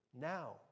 now